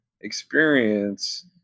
experience